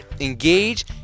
engage